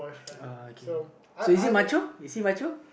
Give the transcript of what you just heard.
uh okay so is he is he